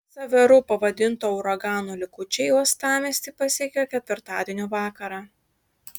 ksaveru pavadinto uragano likučiai uostamiestį pasiekė ketvirtadienio vakarą